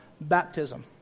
baptism